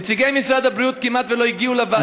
נציגי משרד הבריאות כמעט שלא הגיעו לוועדה,